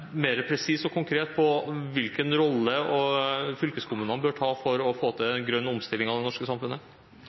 mer presis og konkret når det gjelder hvilken rolle fylkeskommunene bør ta for å få til en grønn omstilling av det norske samfunnet?